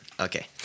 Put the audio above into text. Okay